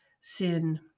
sin